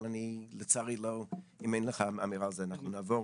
אבל לצערי אם אין לך אמירה על זה אנחנו נעבור.